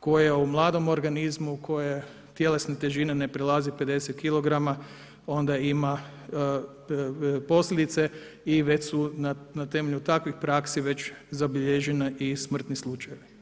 koje u mladom organizmu kojem tjelesna težina ne prelazi 50 kilograma, onda ima posljedice i već su na temelju takvih praksi već zabilježeni i smrtni slučajevi.